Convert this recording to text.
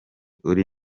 uri